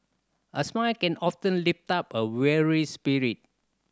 a smile can often lift up a weary spirit